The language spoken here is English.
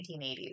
1980s